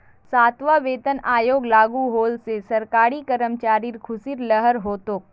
सातवां वेतन आयोग लागू होल से सरकारी कर्मचारिर ख़ुशीर लहर हो तोक